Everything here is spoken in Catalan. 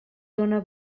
dóna